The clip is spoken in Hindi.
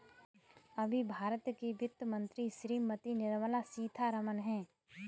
अभी भारत की वित्त मंत्री श्रीमती निर्मला सीथारमन हैं